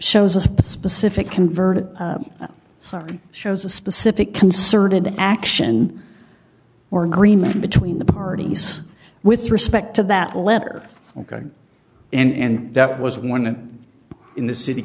shows a specific converted sun shows a specific concerted action or agreement between the parties with respect to that letter ok and that was one in the city